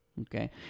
okay